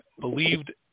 believed